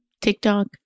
TikTok